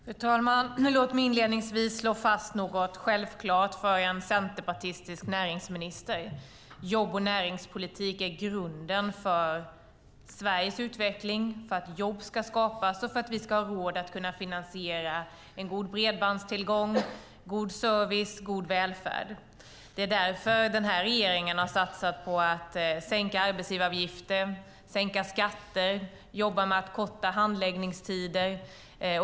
Fru talman! Låt mig inledningsvis slå fast något självklart för en centerpartistisk näringsminister: Jobb och näringspolitik är grunden för Sveriges utveckling, för att jobb ska skapas och för att vi ska ha råd att finansiera en god bredbandstillgång, god service och god välfärd. Det är därför denna regering har satsat på att sänka arbetsgivaravgiften, sänka skatter och jobba med att korta handläggningstider.